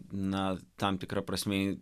na tam tikra prasme ji